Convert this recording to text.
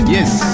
Yes